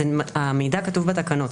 המידע כתוב בתקנות.